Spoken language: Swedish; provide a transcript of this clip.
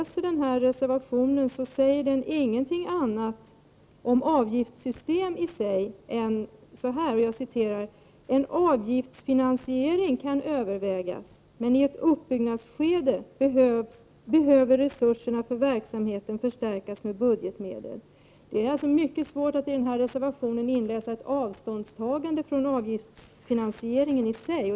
Reservationen säger nämligen ingenting annat om avgiftssystem i sig än så här: ”En avgiftsfinansiering kan övervägas, men i ett uppbyggnadsskede behöver resurserna för verksamheten förstärkas med budgetmedel.” Det är alltså mycket svårt att i reservationen inläsa något avståndstagande från avgiftsfinansiering i sig.